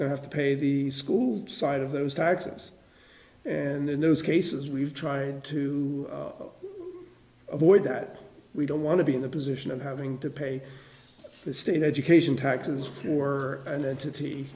to have to pay the school side of those taxes and in those cases we've tried to avoid that we don't want to be in the position of having to pay the state education taxes for an entity